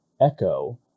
echo